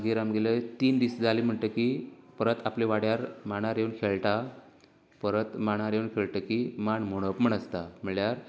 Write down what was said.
मागीर आमगेले तीन दीस जाले म्हणटगीर परत आपल्या वाड्यार मांडार येवन खेळटा परत मांडार येवन खेळटकी मांडार मोडप म्हण आसता म्हणल्यार